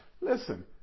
Listen